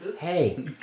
hey